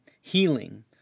healing